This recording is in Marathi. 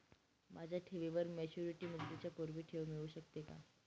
माझ्या ठेवीवर मॅच्युरिटी मुदतीच्या पूर्वी ठेव मिळू शकते का?